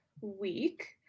week